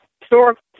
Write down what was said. historical